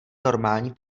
normální